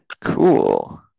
cool